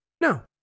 No